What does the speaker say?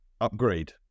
upgrade